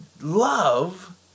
love